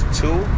two